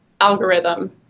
algorithm